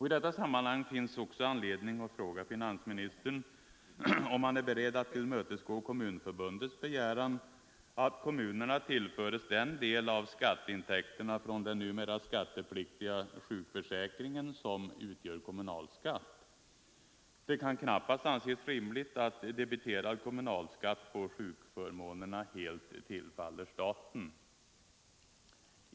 I detta sammanhang finns anledning att fråga finansministern om han är beredd att tillmötesgå Kommunförbundets begäran att kommunerna tillförs den del av skatteintäkterna från den numera skattepliktiga sjukförsäkringen som utgör kommunalskatt. Det kan knappast anses rimligt att debiterad kommunalskatt på sjukförmånerna helt tillfaller staten.